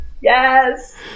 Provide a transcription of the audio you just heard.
Yes